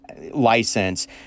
license